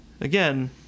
again